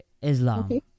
islam